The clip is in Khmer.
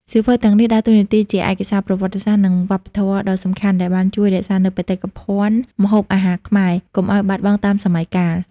សៀវភៅទាំងនេះដើរតួនាទីជាឯកសារប្រវត្តិសាស្ត្រ និងវប្បធម៌ដ៏សំខាន់ ដែលបានជួយ រក្សានូវបេតិកភណ្ឌម្ហូបអាហារខ្មែរ កុំឲ្យបាត់បង់តាមសម័យកាល។